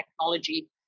technology